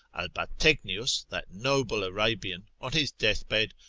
albategnius that noble arabian, on his death-bed,